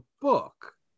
book